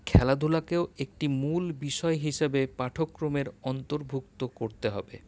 খেলাধুলাকেই একটি মূল বিষয় হিসেবে পাঠ্যক্রমের অন্তর্ভুক্ত করতে হবে